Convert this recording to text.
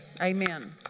Amen